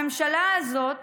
הממשלה הזאת,